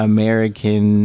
American